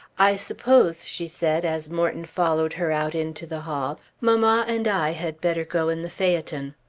i suppose, she said as morton followed her out into the hall, mamma and i had better go in the phaeton.